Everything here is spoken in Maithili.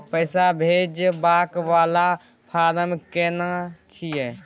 पैसा भेजबाक वाला फारम केना छिए?